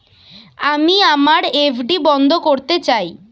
আমি আমার এফ.ডি বন্ধ করতে চাই